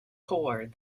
corps